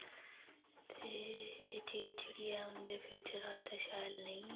ते एह् चीज़ जेह्ड़ी ऐ उं'दे फ्यूचर आस्तै शैल नेईं ऐ ते